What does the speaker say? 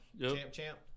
Champ-champ